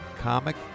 comic